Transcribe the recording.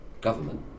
government